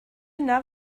yna